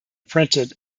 printed